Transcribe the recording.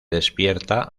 despierta